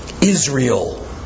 Israel